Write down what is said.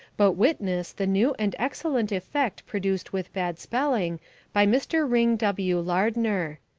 but witness the new and excellent effect produced with bad spelling by mr. ring w. lardner.